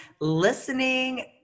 listening